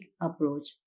approach